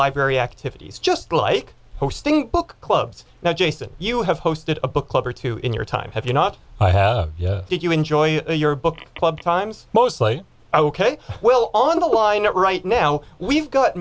library activities just like hosting book clubs now jason you have hosted a book club or two in your time have you not i have did you enjoy your book club times mostly ok well on the why not right now we've got